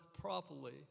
properly